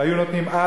היו נותנים אז.